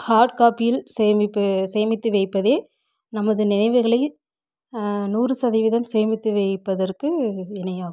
ஹாடு காப்பியில் சேமிப்பு சேமித்து வைப்பது நமது நினைவுகளை நூறு சதவீதம் சேமித்து வைப்பதற்கு இணையாகும்